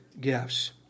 gifts